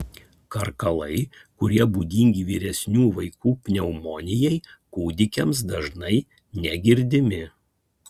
karkalai kurie būdingi vyresnių vaikų pneumonijai kūdikiams dažnai negirdimi